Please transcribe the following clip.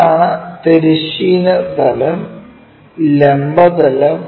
ഇതാണ് തിരശ്ചീന തലം ലംബ തലം